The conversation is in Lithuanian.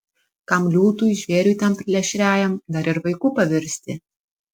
kam liūtui žvėriui tam plėšriajam dar ir vaiku pavirsti